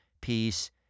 peace